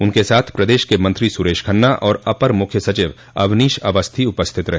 उनके साथ प्रदेश के मंत्री सुरेश खन्ना और अपर मुख्य सचिव अवनीश अवस्थी उपस्थित रहे